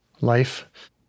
life